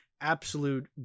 absolute